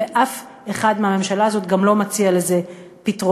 ואף אחד מהממשלה הזאת גם לא מציע לזה פתרונות.